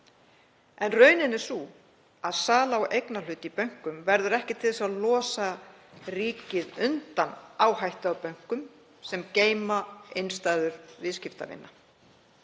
En raunin er sú að sala á eignarhlut í bönkunum verður ekki til þess að losa ríkið undan áhættu af bönkum sem geyma innstæður viðskiptavina.